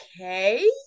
okay